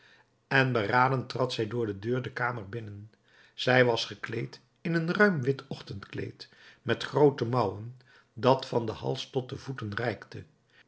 en beraden trad zij door de deur de kamer binnen zij was gekleed in een ruim wit ochtendkleed met groote mouwen dat van den hals tot de voeten reikte